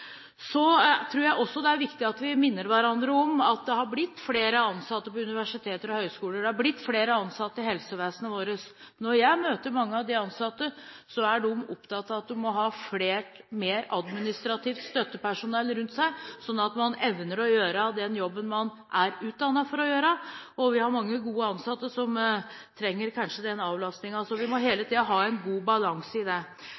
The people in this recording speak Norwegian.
tror også det er viktig at vi minner hverandre om at det har blitt flere ansatte på universiteter og høyskoler, det er blitt flere ansatte i helsevesenet vårt. Når jeg møter mange av de ansatte, er de opptatt av at de må ha mer administrativt støttepersonell rundt seg, sånn at de evner å gjøre den jobben de er utdannet for å gjøre. Vi har mange gode ansatte som kanskje trenger den avlastningen. Vi må hele tiden ha en god balanse i dette. Så er det